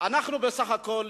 בסך הכול,